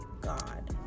God